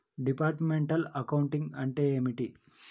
Departmental accounting అంటే ఏమిటి?